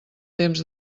temps